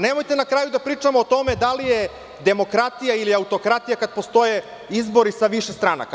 Nemojte ovde da pričamo o tome da li je demokratija ili autokratija kada postoje izbori sa više stranaka.